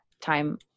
time